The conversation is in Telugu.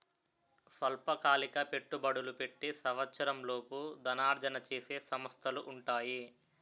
స్వల్పకాలిక పెట్టుబడులు పెట్టి సంవత్సరంలోపు ధనార్జన చేసే సంస్థలు ఉంటాయి